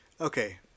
Okay